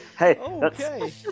Hey